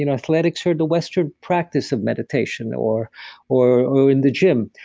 you know athletics are the western practice of meditation or or in the gym.